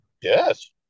Yes